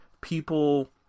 People